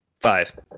Five